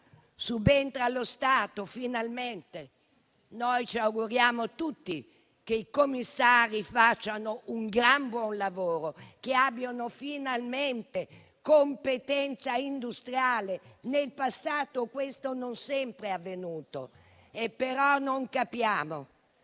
Subentra lo Stato, finalmente. Noi tutti ci auguriamo che i commissari facciano un gran buon lavoro e abbiano finalmente competenza industriale, perché nel passato questo non sempre è avvenuto. Ma non capiamo